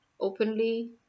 openly